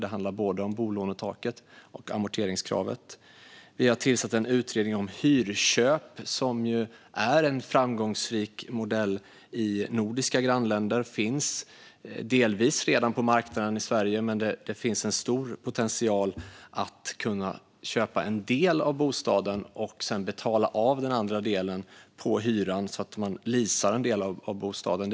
Det handlar om både bolånetaket och amorteringskravet. Vi har även tillsatt en utredning om hyrköp, som är en framgångsrik modell i andra nordiska länder och som delvis redan finns på marknaden i Sverige. Det finns stor potential i att kunna köpa en del av bostaden och att betala av den andra delen genom hyran. Man leasar en del av bostaden.